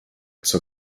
zur